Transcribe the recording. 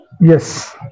Yes